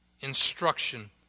instruction